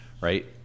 right